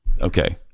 Okay